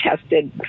tested